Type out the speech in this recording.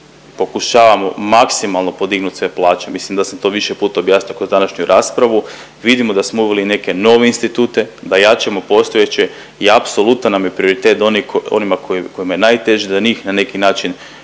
da pokušavamo maksimalno podignut sve plaće, mislim da sam to više puta objasnio kroz današnju raspravu. Vidimo da smo uveli i neke nove institute, da jačamo postojeće i apsolutan nam je prioritet da oni, onima kojima je najteže da njih na neki način